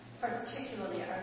particularly